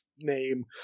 name